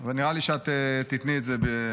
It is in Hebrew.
אבל נראה לי שאת תיתני את זה.